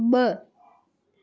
ब॒